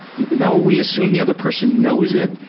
even though we assume the other person knows it,